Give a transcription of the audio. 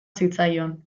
zitzaion